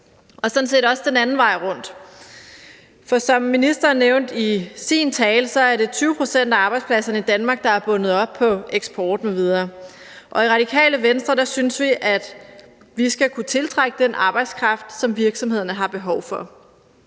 og sådan set også den anden vej rundt. For som ministeren nævnte i sin tale, er det 20 pct. af arbejdspladserne i Danmark, der er bundet op på eksport m.v., og i Radikale Venstre synes vi, at man skal kunne tiltrække den arbejdskraft, som virksomhederne har behov for.